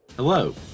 Hello